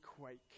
quake